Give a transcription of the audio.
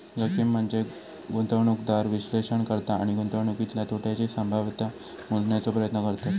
जोखीम म्हनजे गुंतवणूकदार विश्लेषण करता आणि गुंतवणुकीतल्या तोट्याची संभाव्यता मोजण्याचो प्रयत्न करतत